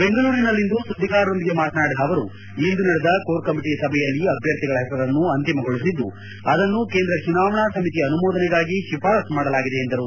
ಬೆಂಗಳೂರಿನಲ್ಲಿಂದು ಸುದ್ದಿಗಾರರೊಂದಿಗೆ ಮಾತನಾಡಿದ ಅವರು ಇಂದು ನಡೆದ ಕೋರ್ ಕಮಿಟಿ ಸಭೆಯಲ್ಲಿ ಅಭ್ಯರ್ಥಿಗಳ ಪೆಸರನ್ನು ಅಂತಿಮಗೊಳಿಸಿದ್ದು ಅದನ್ನು ಕೇಂದ್ರ ಚುನಾವಣಾ ಸಮಿತಿಯ ಅನುಮೋದನೆಗಾಗಿ ಶಿಫಾರಸ್ತು ಮಾಡಲಾಗಿದೆ ಎಂದರು